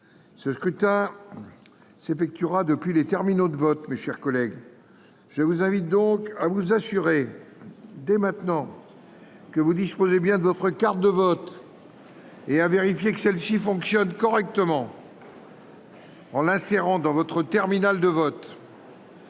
ce scrutin s’effectuera depuis les terminaux de vote. Je vous invite donc à vous assurer que vous disposez bien de votre carte de vote et à vérifier que celle ci fonctionne correctement en l’insérant dans votre terminal de vote.